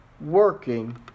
working